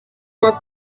quoi